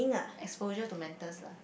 exposure to mentors lah